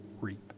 reap